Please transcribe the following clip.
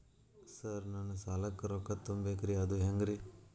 Sir ನನ್ನ ಸಾಲಕ್ಕ ರೊಕ್ಕ ತುಂಬೇಕ್ರಿ ಅದು ಹೆಂಗ್ರಿ?